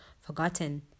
forgotten